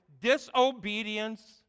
disobedience